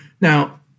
Now